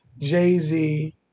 Jay-Z